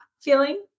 feeling